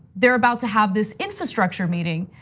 they're about to have this infrastructure meeting.